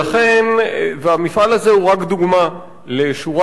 והמפעל הזה הוא רק דוגמה לשורה ארוכה